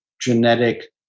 genetic